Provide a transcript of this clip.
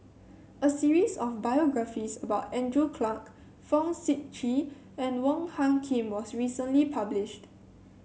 a series of biographies about Andrew Clarke Fong Sip Chee and Wong Hung Khim was recently published